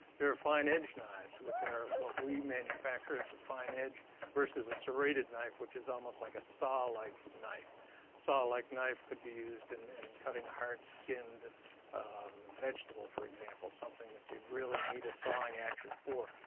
there are fine-edged knives which are what we manufacture. it's a fine edge versus a serrated knife, which is almost like a saw-like knife. a saw-like knife could be used and in cutting a hard-skinned vegetable, for example. something that you'd really need a sawing action for.